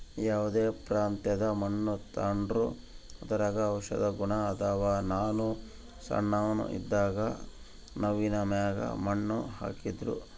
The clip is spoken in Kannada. ಯಾವ್ದೇ ಪ್ರಾಂತ್ಯದ ಮಣ್ಣು ತಾಂಡ್ರೂ ಅದರಾಗ ಔಷದ ಗುಣ ಅದಾವ, ನಾನು ಸಣ್ಣೋನ್ ಇದ್ದಾಗ ನವ್ವಿನ ಮ್ಯಾಗ ಮಣ್ಣು ಹಾಕ್ತಿದ್ರು